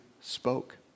spoke